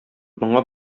моңа